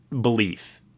belief